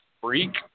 freak